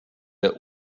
der